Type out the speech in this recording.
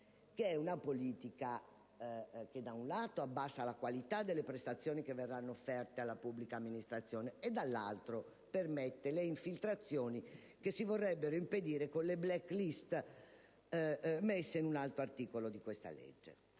ribasso, che da un lato abbasserà la qualità delle prestazioni che verranno offerte alla pubblica amministrazione e dall'altro permetterà le infiltrazioni, che si vorrebbero impedire con le *black list* inserite in un altro articolo di questo